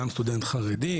גם סטודנט חרדי,